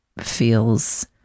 feels